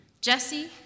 Jesse